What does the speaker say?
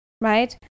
right